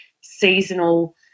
seasonal